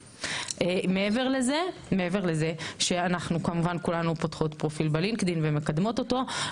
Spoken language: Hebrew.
מעבר לזה שאנחנו כמובן כולנו פותחות פרופיל בלינקדין ומקדמות אותו,